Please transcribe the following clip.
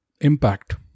impact